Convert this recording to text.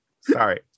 sorry